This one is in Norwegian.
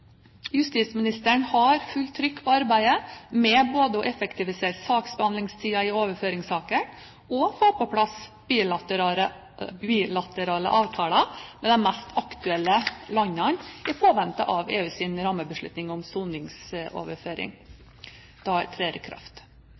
Justisministeren har fullt trykk på arbeidet med både å effektivisere saksbehandlingstiden i overføringssakene og å få på plass bilaterale avtaler med de mest aktuelle landene i påvente av at EUs rammebeslutning om soningsoverføring trer i kraft.